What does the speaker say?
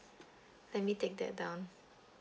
let me take that down